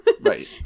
Right